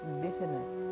bitterness